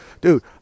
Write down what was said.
dude